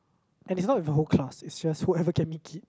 and it's not with the whole class it's just whoever can make it